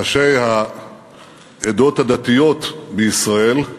ראשי העדות הדתיות בישראל,